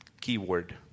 keyword